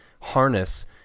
harness